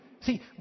See